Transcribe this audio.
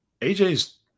AJ's